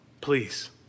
Please